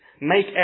make